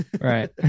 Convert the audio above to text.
right